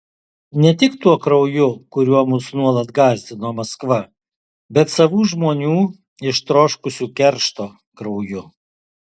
ne tik tuo krauju kuriuo mus nuolat gąsdino maskva bet savų žmonių ištroškusių keršto krauju